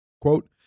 Quote